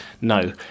No